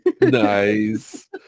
nice